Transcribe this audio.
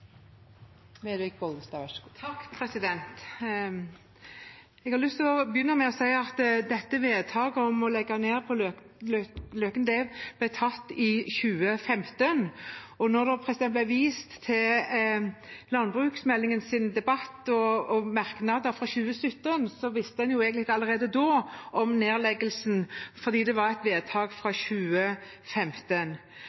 Jeg vil begynne med å si at vedtaket om å legge ned på Løken ble gjort i 2015, så når det blir vist til debatten om landbruksmeldingen og merknadene fra 2017, visste en egentlig allerede da om nedleggelsen, for det var et vedtak fra